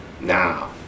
now